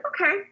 okay